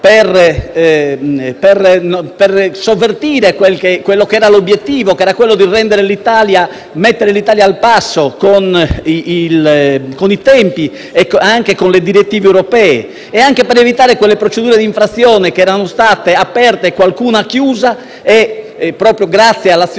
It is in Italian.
per sovvertire l'obiettivo di mettere l'Italia al passo con i tempi e le direttive europee, e anche per evitare quelle procedure di infrazione che erano state aperte (qualcuna chiusa proprio grazie all'azione